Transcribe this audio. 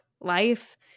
life